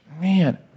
man